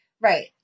Right